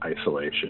isolation